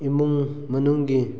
ꯏꯃꯨꯡ ꯃꯅꯨꯡꯒꯤ